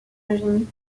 eugénie